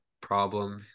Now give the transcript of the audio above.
problem